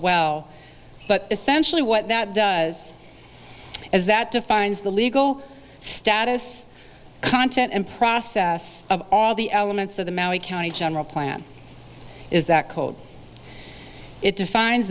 well but essentially what that does is that defines the legal status content and process of all the elements of the maori county general plan is that code it defines